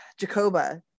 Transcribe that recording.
Jacoba